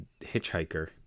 hitchhiker